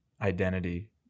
identity